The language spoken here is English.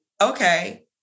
okay